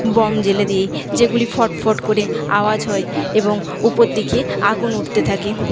bomb জ্বেলে দিই যেগুলি ফট ফট করে আওয়াজ হয় এবং ওপরদিকে আগুন উঠতে থাকে